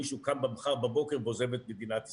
מישהו קם מחר בבוקר ועוזב את מדינת ישראל,